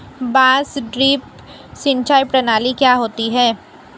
बांस ड्रिप सिंचाई प्रणाली क्या होती है?